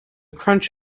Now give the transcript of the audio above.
crunch